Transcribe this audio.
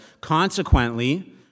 Consequently